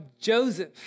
Joseph